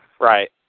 Right